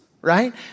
right